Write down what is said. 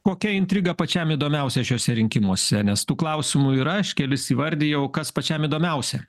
kokia intriga pačiam įdomiausia šiuose rinkimuose nes tų klausimų yra aš kelis įvardijau kas pačiam įdomiausia